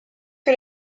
que